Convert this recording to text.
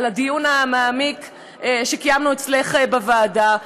על הדיון המעמיק שקיימנו אצלך בוועדה,